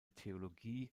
theologie